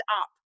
up